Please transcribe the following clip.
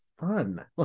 fun